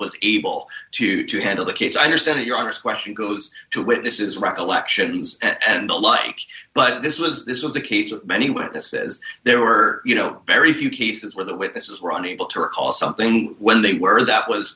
able to to handle the case i understand your next question goes to witnesses recollections and the like but this was this was a case of many witnesses there were you know very few cases where the witnesses were unable to recall something when they were that was